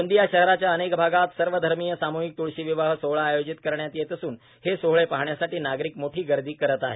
गोंदिया शहराच्या अनेक आगात सर्वधर्मीय सामूहिक तूळशी विवाह सोहळा आयोजित करण्यात येत असून हे सोहळे पाहण्यासाठी नागरिक मोठी गर्दी करत आहेत